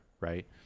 right